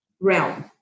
Realm